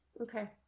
Okay